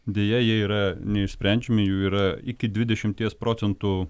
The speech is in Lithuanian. deja jie yra neišsprendžiami jų yra iki dvidešimties procentų